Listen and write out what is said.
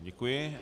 Děkuji.